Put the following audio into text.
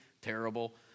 terrible